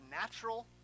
natural